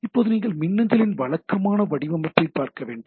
இப்போது நீங்கள் மின்னஞ்சலின் வழக்கமான வடிவமைப்பைப் பார்க்க வேண்டும்